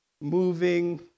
moving